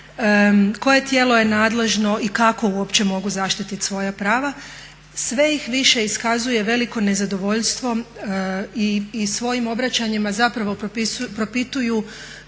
koje tijelo je nadležno i kako uopće mogu zaštititi svoja prava. Sve ih više iskazuje veliko nezadovoljstvo i svojim obraćanjima zapravo propituju